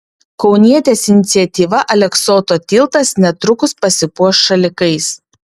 kaunietės iniciatyva aleksoto tiltas netrukus pasipuoš šalikais